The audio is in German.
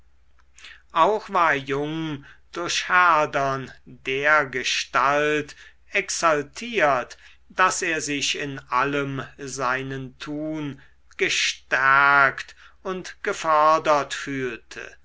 auch war jung durch herdern dergestalt exaltiert daß er sich in allem seinen tun gestärkt und gefördert fühlte